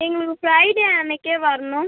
எங்களுக்கு Friday அன்றைக்கே வரணும்